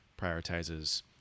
prioritizes